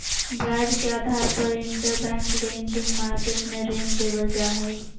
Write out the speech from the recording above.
ब्याज के आधार पर इंटरबैंक लेंडिंग मार्केट मे ऋण देवल जा हय